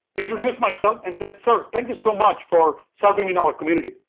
introduce myself and said, sir, thank you so much for serving in our community.